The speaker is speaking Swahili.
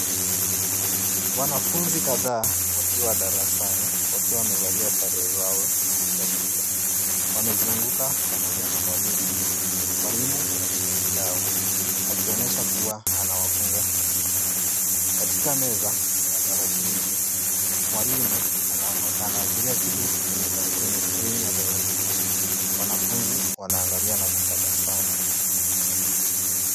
Wanafunzi kadhaa wakiwa darasani wakiwa wamevalia sare zao za shule wamezunguka pamoja na mwalimu. Mwalimu katikati yao akionyesha kuwa anawafunza kitu. Katika meza, kuna tarakilishi mwalimu anaashiria kitu kwenye skrini ya tarakilishi. Wanafunzi wanaangalia na kutabasamu.